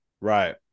right